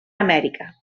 amèrica